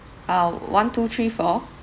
uh one two three four